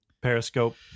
periscope